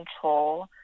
control